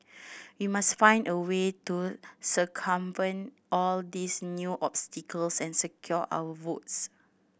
we must find a way to circumvent all these new obstacles and secure our votes